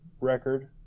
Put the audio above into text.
record